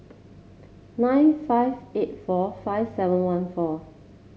nine five eight four five seven one four